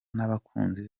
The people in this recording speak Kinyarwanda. n’abakunzi